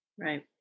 right